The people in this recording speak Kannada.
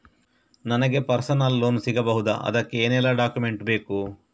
ನನಗೆ ಪರ್ಸನಲ್ ಲೋನ್ ಸಿಗಬಹುದ ಅದಕ್ಕೆ ಏನೆಲ್ಲ ಡಾಕ್ಯುಮೆಂಟ್ ಬೇಕು?